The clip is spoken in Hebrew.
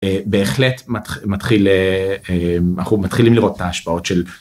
בהחלט מתחיל, אנחנו מתחילים לראות את ההשפעות של...